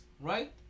right